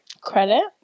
credit